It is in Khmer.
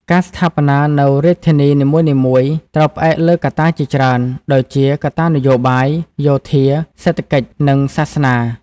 ការស្ថាបនានូវរាជធានីនិមួយៗ ត្រូវផ្អែកលើកត្តាជាច្រើន ដូចជាកត្តានយោបាយ យោធា សេដ្ឋកិច្ច និង សាសនា ។